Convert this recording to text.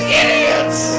idiots